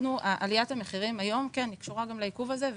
עליית המחירים היום קשורה גם לעיכוב הזה,